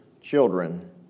children